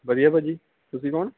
ਵਧੀਆ ਭਾਅ ਜੀ ਤੁਸੀਂ ਕੌਣ